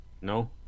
No